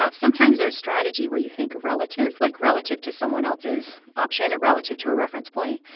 ah sometimes there's strategy where you think relative like, relative to someone else's option or relative to a reference point.